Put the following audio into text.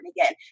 again